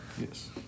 Yes